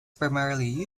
primarily